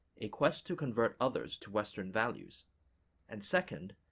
a quest to convert others to western values and second,